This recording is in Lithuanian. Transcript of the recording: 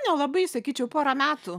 nelabai sakyčiau porą metų